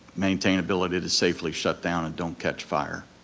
maintainability to safely shut down, and don't catch fire.